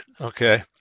okay